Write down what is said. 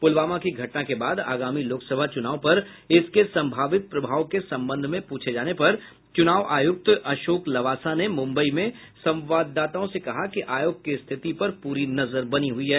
पुलवामा की घटना के बाद आगामी लोकसभा चुनाव पर इसके संभावित प्रभाव के संबंध में पूछे जाने पर चुनाव आयुक्त अशोक लवासा ने मुम्बई में संवाददाताओं से कहा कि आयोग की स्थिति पर पूरी नजर है